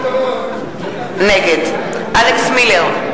נגד אלכס מילר,